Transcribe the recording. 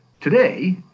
Today